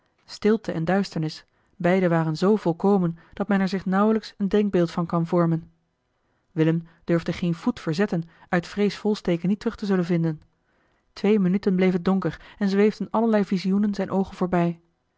stilte en duisternis beide waren zoo volkomen dat men er zich nauwelijks een denkbeeld van kan vormen willem durfde geen voet verzetten uit vrees volsteke niet terug te zullen vinden twee minuten bleef het donker en zweefden allerlei visioenen zijne oogen voorbij